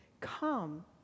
come